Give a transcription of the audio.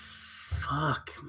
fuck